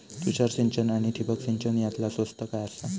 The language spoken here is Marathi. तुषार सिंचन आनी ठिबक सिंचन यातला स्वस्त काय आसा?